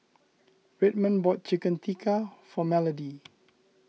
Redmond bought Chicken Tikka for Melodee